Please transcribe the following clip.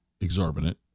exorbitant